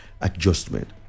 adjustment